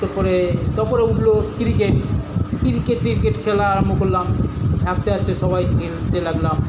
তারপরে তারপরে উঠলো ক্রিকেট ক্রিকেট ট্রিকেট খেলা আরাম্ভ করলাম আস্তে আস্তে সবাই খেলতে লাগলাম